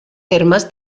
termes